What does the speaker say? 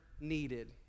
needed